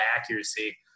accuracy